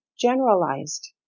generalized